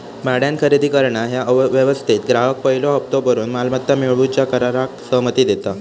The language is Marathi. भाड्यान खरेदी करणा ह्या व्यवस्थेत ग्राहक पयलो हप्तो भरून मालमत्ता मिळवूच्या कराराक सहमती देता